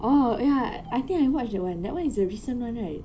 oh ya I think I watch that one that one is the recent one right